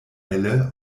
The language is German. elle